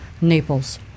Naples